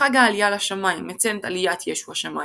חג העלייה לשמים – מציין את עלייתו של ישו השמיימה.